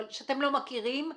אבל שאתם לא מכירים.